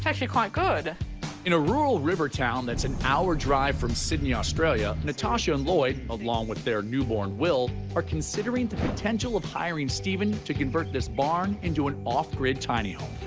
actually quite good. narrator in a rural river town that's an hour drive from sydney, australia, natasha and lloyd, along with their newborn, will, are considering the potential of hiring stephen to convert this barn into an off-grid tiny home.